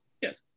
Yes